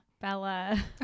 Bella